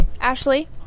Ashley